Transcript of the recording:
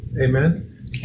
Amen